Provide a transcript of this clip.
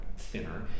Thinner